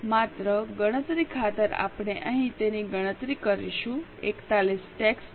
માત્ર ગણતરી ખાતર આપણે અહીં તેની ગણતરી કરીશું 41 ટેક્સ હતો